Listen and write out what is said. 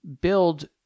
build